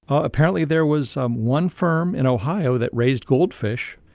apparently, there was um one firm in ohio that raised goldfish,